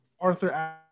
Arthur